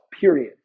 period